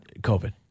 COVID